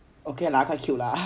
okay lah quite cute lah